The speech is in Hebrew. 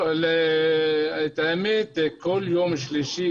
אלה הדברים שצריך לפתור אותם.